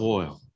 oil